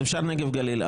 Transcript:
אז אפשר נגב גליל.